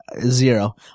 zero